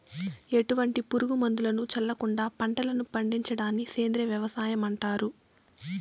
ఎటువంటి పురుగు మందులను చల్లకుండ పంటలను పండించడాన్ని సేంద్రీయ వ్యవసాయం అంటారు